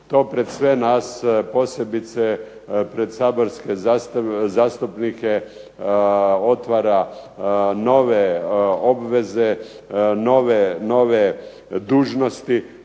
To pred sve nas posebice pred saborske zastupnike otvara nove obveze, nove dužnosti